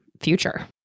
future